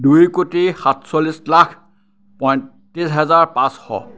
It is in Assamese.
দুই কোটি সাতচল্লিছ লাখ পঁইত্ৰিছ হাজাৰ পাঁচশ